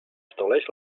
estableix